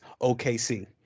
OKC